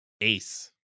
ace